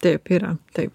taip yra taip